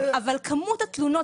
אבל כמות התלונות,